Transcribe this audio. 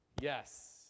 yes